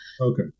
Okay